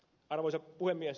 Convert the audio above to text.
arvoisa puhemies